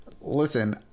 Listen